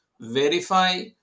verify